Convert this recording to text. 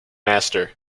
master